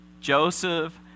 Joseph